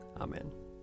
Amen